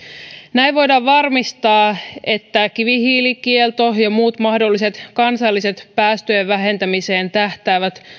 näin voidaan varmistaa että kivihiilikielto ja muut mahdolliset kansalliset päästöjen vähentämiseen tähtäävät